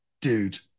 dude